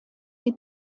die